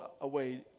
away